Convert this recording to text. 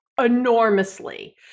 enormously